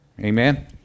Amen